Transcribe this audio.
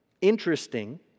Interesting